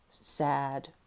sad